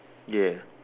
ya